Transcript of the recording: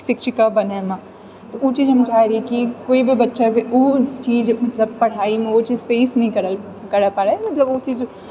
शिक्षिका बनएमे तऽ ओ चीज हम चाहए रहिऐ कि कोई भी बच्चाके ओ चीज मतलब पढ़ाइमे ओ चीज फेस नहि करए लऽ पड़ैत मतलब ओ चीज